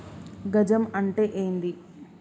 గజం అంటే ఏంది?